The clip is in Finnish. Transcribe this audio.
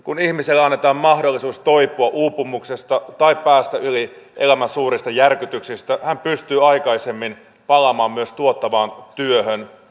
kun ihmiselle annetaan mahdollisuus toipua uupumuksesta tai päästä yli elämän suurista järkytyksistä hän pystyy aikaisemmin palaamaan myös tuottavaan työhön